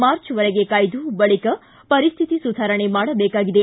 ಮಾರ್ಚ್ವರೆಗೆ ಕಾಯ್ದು ಬಳಿಕ ಪರಿಸ್ಥಿತಿ ಸುಧಾರಣೆ ಮಾಡಬೇಕಾಗಿದೆ